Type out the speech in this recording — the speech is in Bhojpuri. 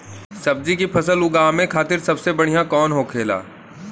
सब्जी की फसल उगा में खाते सबसे बढ़ियां कौन होखेला?